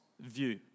View